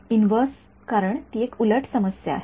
inverse कारण ती एक उलट समस्या आहे